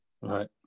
Right